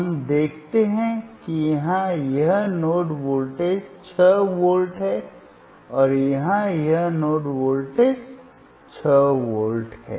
हम देखते हैं कि यहां यह नोड वोल्टेज छह वोल्ट है और यहां यह नोड वोल्टेज भी छह वोल्ट है